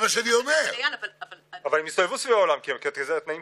אבל הדבר יוביל הזה לכך שהרשויות המקומיות